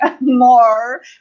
more